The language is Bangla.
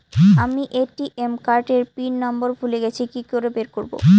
আমি এ.টি.এম কার্ড এর পিন নম্বর ভুলে গেছি কি করে বের করব?